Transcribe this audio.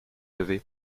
lever